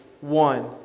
one